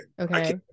Okay